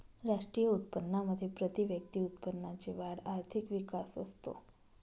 राष्ट्रीय उत्पन्नामध्ये प्रतिव्यक्ती उत्पन्नाची वाढ आर्थिक विकास असतो